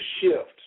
shift